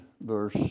verse